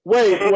Wait